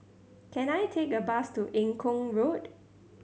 can I take a bus to Eng Kong Road